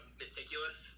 meticulous